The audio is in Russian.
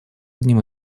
одним